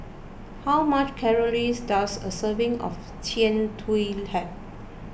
How many calories does a serving of Jian Dui have